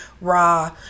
raw